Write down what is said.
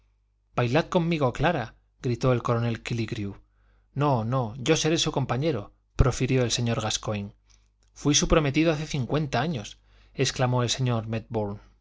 bailad conmigo clara gritó el coronel kílligrew no no yo seré su compañero profirió el señor gascoigne fuí su prometido hace cincuenta años exclamó el señor